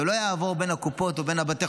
זה לא יעבור בין הקופות או בין בתי